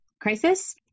crisis